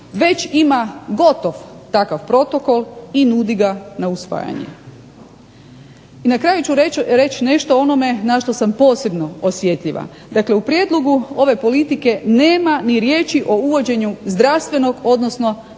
već ima gotovo takav protokol i nudi ga na usvajanje. I na kraju ću reći nešto o onome na što sam posebno osjetljiva, dakle u prijedlogu ove politike nema ni riječi o uvođenju zdravstvenog odnosno seksualnog